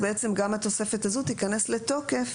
בעצם גם התוספת הזו תיכנס לתוקף